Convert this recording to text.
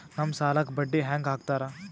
ನಮ್ ಸಾಲಕ್ ಬಡ್ಡಿ ಹ್ಯಾಂಗ ಹಾಕ್ತಾರ?